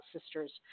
sisters